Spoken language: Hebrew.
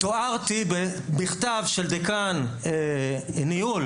תוארתי במכתב של דיקן ניהול,